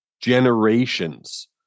generations